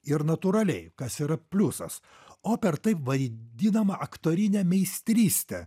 ir natūraliai kas yra pliusas o per taip vaidinamą aktorinę meistrystę